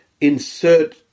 insert